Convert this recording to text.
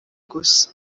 gusa